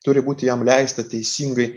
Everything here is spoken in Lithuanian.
turi būti jam leista teisingai